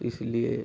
इसलिए